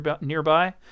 nearby